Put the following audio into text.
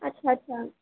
আচ্ছা আচ্ছা